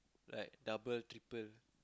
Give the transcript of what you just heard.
like double triple